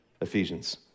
Ephesians